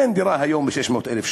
אין היום דירה ב-600,000 שקל.